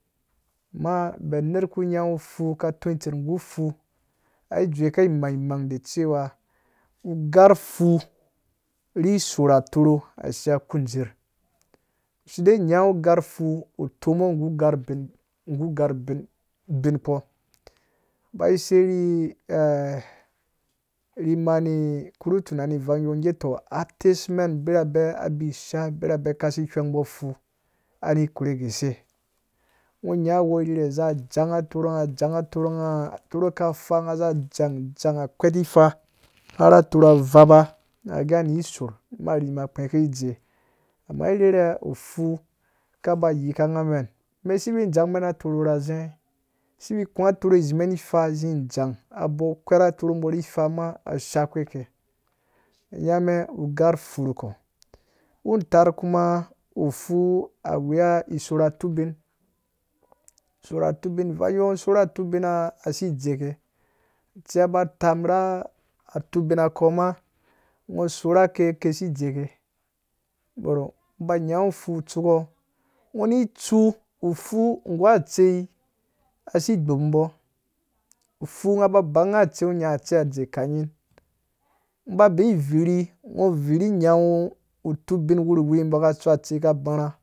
Amaa bɛn nerha ka tɔi tser nggu ufu nga dzowuka imangmang de cewa ugarh fu ri asorh atorho ashiya ku ndirh si e nyanga ugarh ufu utomungo nggu ugarh ubinkpɔ, mi ba sei rhi rhi mani korhu tunani ivang iyɔɔ nge tɔ, atesmɛn abirabe abi ishaa birhabe kasi hweng mbo fu ani gurhe guse? Ngo nya uwɔ irhirhe za jang atorhanga, jang atorhanga atorho ka faa nga za jang jang akwerh nifa har atorha abvaba nga gɛ nga ni sorh na arhima akpɛ ke idze amaa irhirha ufu kaba yika nga mɛn mɛn sivi jang mɛn atorho ra aze ai sivi jang men atorho zimen ni faa zi jang abo akperh ake nyamen ugarh ufu nu kpo utarh kuma, ufu aweya isorh atubin isorh atubin ivang iyoo ngo sorh atubina asi dzeke, atsei ba tam ra atubin ako ma nga sorh ake kesi dzeke bɔrh, ngɔ ba nyango fu tsukɔ, ngo ni tsu ufu nggu atsei asi gbubumbo nga ba bangu nga unya atsei adze ka nying ngɔ ba bei virhi, ngɔ viru nyangu utubin wuruwi mbo ka tsu atsei ka barha